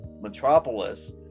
Metropolis